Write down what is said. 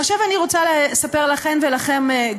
עכשיו אני רוצה לספר לכם ולכן,